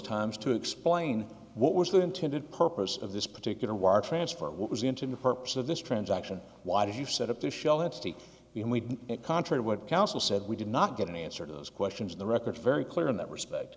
times to explain what was the intended purpose of this particular wire transfer what was intimate purpose of this transaction why did you set up this shell and we contrary what counsel said we did not get any answer to those questions in the records very clear in that respect